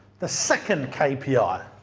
the second kpi.